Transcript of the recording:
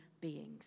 beings